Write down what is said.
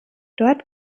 dort